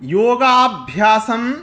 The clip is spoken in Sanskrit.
योगाभ्यासम्